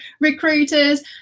recruiters